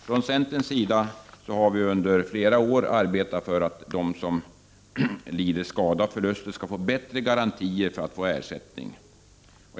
Från centerns sida har vi under flera år arbetat för att de som lider skada och förlust skall få bättre garantier för ersättning.